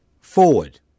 forward